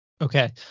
Okay